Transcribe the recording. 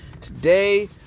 today